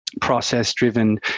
process-driven